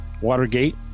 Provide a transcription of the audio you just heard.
Watergate